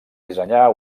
dissenyar